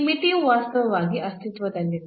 ಈ ಮಿತಿಯು ವಾಸ್ತವವಾಗಿ ಅಸ್ತಿತ್ವದಲ್ಲಿಲ್ಲ